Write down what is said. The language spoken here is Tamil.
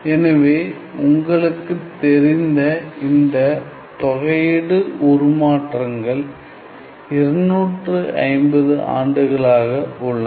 எனவே உங்களுக்கு தெரிந்த இந்த தொகை உருமாற்றங்கள் 250 ஆண்டுகளாக உள்ளன